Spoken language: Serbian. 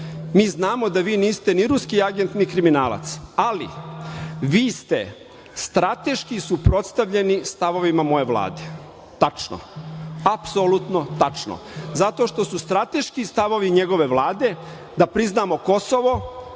mi znamo da vi niste ni ruski agent, ni kriminalac ali vi ste strateški suprotstavljeni stavovima moje Vlade. Tačno. Apsolutno tačno. Zato što su strateški stavove njegove Vlade da priznamo Kosovo,